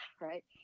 right